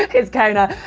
his kona.